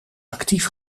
actief